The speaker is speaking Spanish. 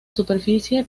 superficie